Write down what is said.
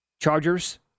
Chargers